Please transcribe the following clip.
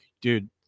dude